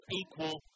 equal